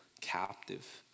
captive